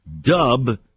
dub